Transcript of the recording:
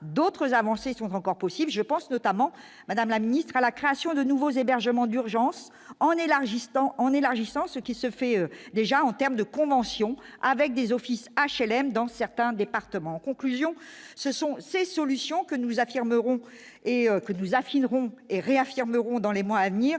d'autres avancées sont encore possibles, je pense, notamment, madame la ministre, à la création de nouveaux hébergements d'urgence, en élargissant, en élargissant ce qui se fait déjà en terme de conventions avec des offices HLM dans certains départements, conclusion, ce sont ces solutions que nous affirmerons et que 12 à fileront et réaffirmerons dans les mois à venir,